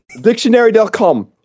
Dictionary.com